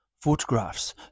Photographs